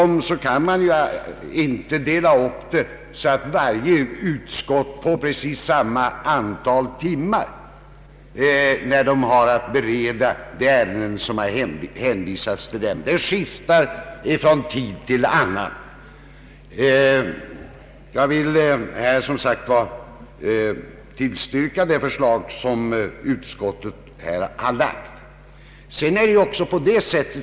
Man kan inte dela upp ärendena så att det tar varje utskott precis lika lång tid att bereda de ärenden som har hänvisats till dem. Utskottens arbetstid skiftar för övrigt från det ena året till det andra. Jag vill, herr talman, i detta fall yrka bifall till utskottets hemställan.